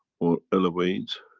or elevate,